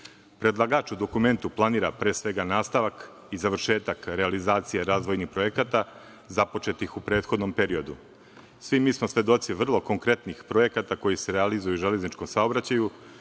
sektora. Predlagač u dokumentu planira, pre svega nastavak i završetak realizacije razhvojnih projekata započetih u prethodnom periodu. Svi smo mi svedoci vrlo konkretnih projekata koji se realizuju u železničkom saobraćaju.